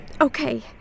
Okay